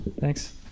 thanks